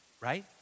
Right